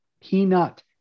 Peanut